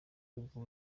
ubwo